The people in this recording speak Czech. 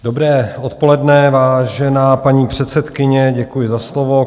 Dobré odpoledne, vážená paní předsedkyně, děkuji za slovo.